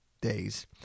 days